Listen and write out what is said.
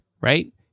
right